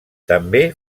també